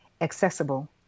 accessible